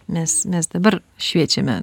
mes mes dabar šviečiame